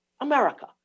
America